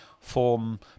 form